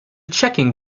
checking